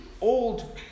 old